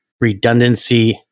redundancy